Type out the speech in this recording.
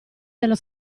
dello